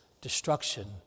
destruction